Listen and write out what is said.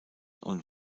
und